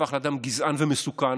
שהפך לאדם גזען ומסוכן,